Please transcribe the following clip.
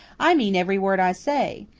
i mean every word i say.